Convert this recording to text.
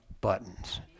buttons